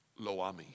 Loami